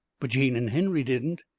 but jane and henry didn't.